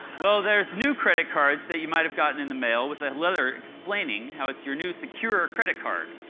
well, there's new credit cards that you might have gotten in the mail with a letter explaining how it's your new secure credit card.